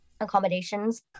accommodations